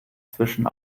zwischen